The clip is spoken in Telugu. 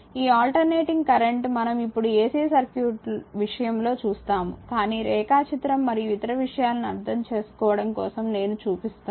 ఈ ఆల్టర్నేటింగ్ కరెంట్ మనం ఇప్పుడు AC సర్క్యూట్ విషయంలో చూస్తాము కానీ రేఖాచిత్రం మరియు ఇతర విషయాలను అర్థం చేసుకోవడం కోసం నేను చూపిస్తాను